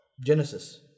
Genesis